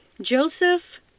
Joseph